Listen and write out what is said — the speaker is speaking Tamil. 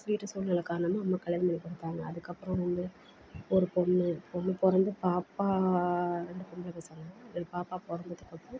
வீட்டு சூழ்நில காரணமாக அம்மா கல்யாணம் பண்ணிக் கொடுத்தாங்க அதுக்கப்புறம் வந்து ஒரு பொண்ணு பொண்ணு பிறந்து பாப்பா ரெண்டு பொம்பளை பசங்க ஒரு பாப்பா பிறந்ததுக்கு அப்புறம்